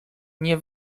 nie